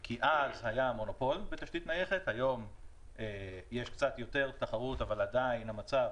כי אז היה מונופול בתשתית נייחת והיום יש קצת יותר תחרות אבל עדיין המצב